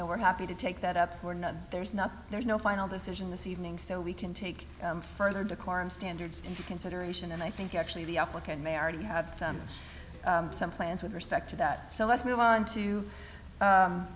know we're happy to take that up or no there's not there's no final decision this evening so we can take further decorum standards into consideration and i think actually the applicant may already have some plans with respect to that so let's move on to